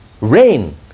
Rain